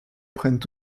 prennent